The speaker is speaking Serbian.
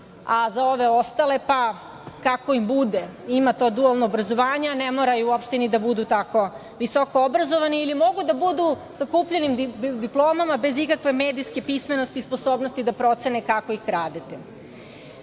a za ove ostale – pa kako im bude, ima to dualno obrazovanje, ne moraju uopšte ni da budu tako visoko obrazovani ili mogu da budu sa kupljenim diplomama bez ikakve medijske pismenosti i sposobnosti da procene kako ih kradete. Kada